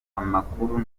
amakuru